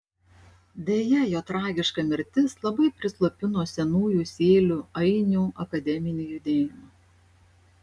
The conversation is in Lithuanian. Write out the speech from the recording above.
deja jo tragiška mirtis labai prislopino senųjų sėlių ainių akademinį judėjimą